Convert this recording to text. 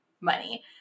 money